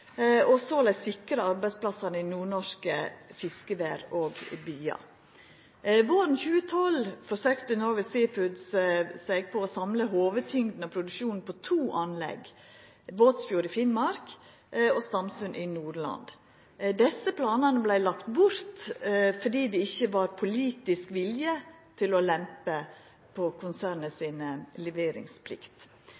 og såleis sikra arbeidsplassane i nordnorske fiskevær og byar. Våren 2012 forsøkte Norway Seafoods å samla hovudtyngda av produksjonen på to anlegg – Båtsfjord i Finnmark og Stamsund i Nordland. Desse planane vart lagt bort fordi det ikkje var politisk vilje til å lempa på konsernet si